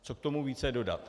Co k tomu více dodat?